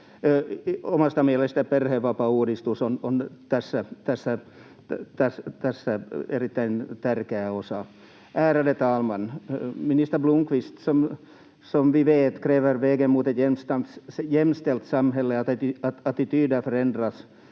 Omasta mielestäni perhevapaauudistus on tässä erittäin tärkeä osa. Ärade talman! Minister Blomqvist, som vi vet kräver vägen mot ett jämställt samhälle att attityder förändras